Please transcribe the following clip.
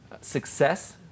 success